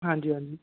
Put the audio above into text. हां जी हां जी